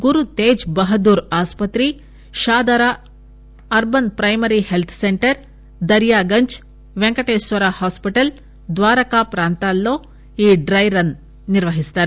గురుతేజ్ బహదూర్ ఆసుపత్రి పాదార urban primary health centre Daryaganj Venkateshwara hospital Dwarka ప్రాంతాల్లో ఈ డ్రెరన్ నిర్వహిస్తారు